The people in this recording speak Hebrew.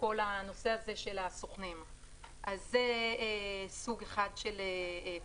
זה סוג אחד של פטור.